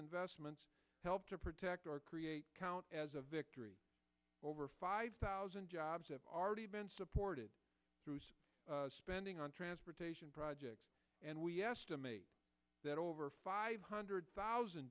investments help to protect or create count as a victory over five thousand jobs have already been supported through spending on transportation projects and we estimate that over five hundred thousand